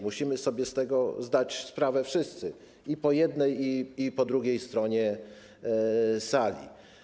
Musimy sobie z tego zdać sprawę wszyscy: i po jednej, i po drugiej stronie sali.